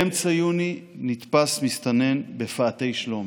באמצע יוני נתפס מסתנן בפאתי שלומי.